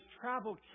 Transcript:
travel